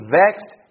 vexed